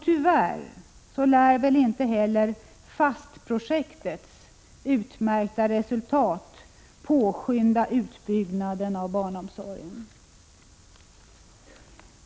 Tyvärr lär väl inte heller FAST-projektets utmärkta resultat påskynda utbyggnaden av barnomsorgen.